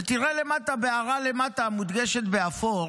ותראה בהערה למטה, המודגשת באפור,